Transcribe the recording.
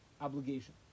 obligation